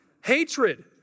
hatred